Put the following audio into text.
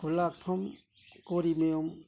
ꯈꯨꯜꯂꯥꯛꯐꯝ ꯀꯣꯔꯤꯃꯌꯨꯝ